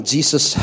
Jesus